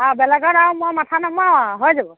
অঁ বেলেগত আৰু মই মাথা নামাৰু আৰু হৈ যাব